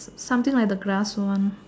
something like the grass one